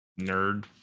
nerd